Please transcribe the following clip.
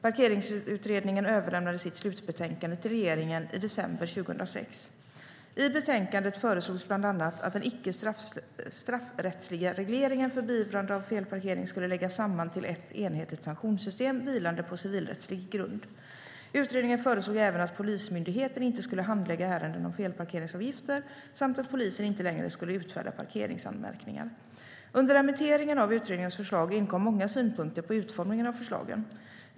Parkeringsutredningen överlämnade sitt slutbetänkande till regeringen i december 2006. I betänkandet föreslogs bland annat att den icke straffrättsliga regleringen för beivrande av felparkering skulle läggas samman till ett enhetligt sanktionssystem vilande på civilrättslig grund. Utredningen föreslog även att polismyndigheterna inte skulle handlägga ärenden om felparkeringsavgifter samt att polisen inte längre skulle utfärda parkeringsanmärkningar. Under remitteringen av utredningens förslag inkom många synpunkter på utformningen av förslagen.